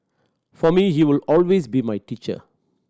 for me he would always be my teacher